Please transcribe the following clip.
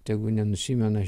tegu nenusimena